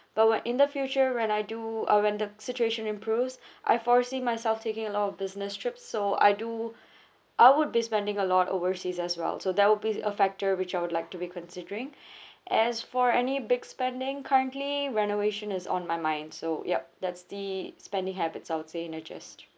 but when in the future when I do uh when the situation improves I foresee myself taking a lot of business trips so I do I would be spending a lot overseas as well so there will be a factor which I would like to be considering as for any big spending currently renovation is on my mind so yup that's the spending habits I would say you know just